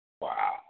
Wow